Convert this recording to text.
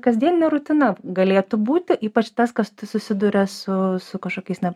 kasdieninė rutina galėtų būti ypač tas kas susiduria su su kažkokiais na